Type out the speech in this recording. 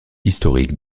historique